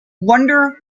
wonder